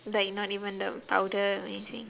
like not even the powder or anything